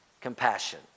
compassion